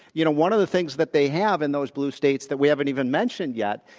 you know, one of the things that they have in those blue states that we haven't even mentioned yet,